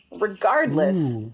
regardless